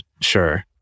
sure